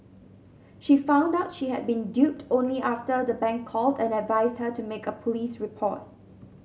she found out she had been duped only after the bank called and advised her to make a police report